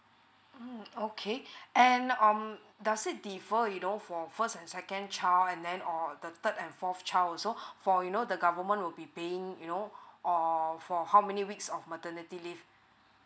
mm okay and um does it differ you know for first and second child and then or the third and fourth child also for you know the government will be paying you know or for how many weeks of maternity leave